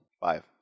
five